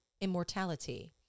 immortality